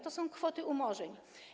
To są kwoty umorzeń.